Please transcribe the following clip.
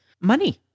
money